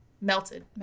Melted